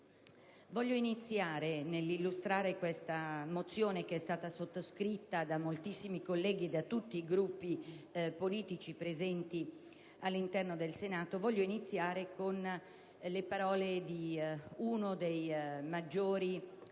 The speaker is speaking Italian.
voglio iniziare ad illustrare questa mozione (che è stata sottoscritta da moltissimi colleghi di quasi tutti i Gruppi politici presenti all'interno del Senato) riportando le parole di uno dei maggiori